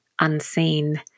unseen